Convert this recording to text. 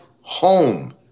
home